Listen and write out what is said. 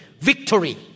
Victory